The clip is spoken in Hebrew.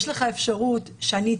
יש לך אפשרות שאני אתפטר,